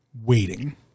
waiting